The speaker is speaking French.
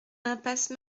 impasse